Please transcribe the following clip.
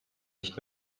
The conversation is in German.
nicht